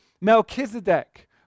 Melchizedek